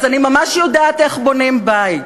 אז אני ממש יודעת איך בונים בית: